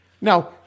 Now